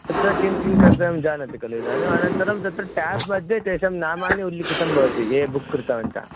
तत्र किं किं कर्तव्यं जानति खलु इदानीम् अनन्तरं तत्र टेब्मध्ये तेषां नामानि उल्लिखितं भवति ये बुक् कृतवन्तः